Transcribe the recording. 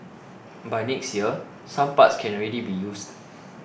by next year some parts can already be used